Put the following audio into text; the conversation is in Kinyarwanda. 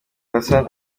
hassan